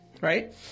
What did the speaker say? Right